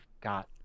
got